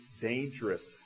dangerous